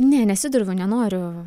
ne nesidroviu nenoriu